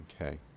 Okay